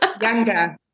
Younger